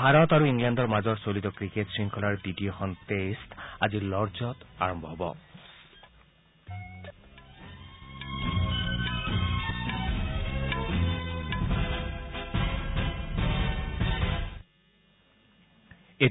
ভাৰত আৰু ইংলেণ্ডৰ মাজত চলিত ক্ৰিকেট শৃংখলাৰ দ্বিতীয়খন টেষ্ট আজি লৰ্ডছত আৰম্ভ হ'ব